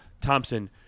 Thompson